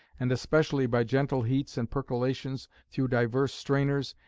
and especially by gentle heats and percolations through divers strainers,